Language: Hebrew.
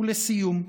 ולסיום,